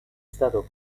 stato